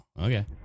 okay